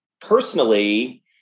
personally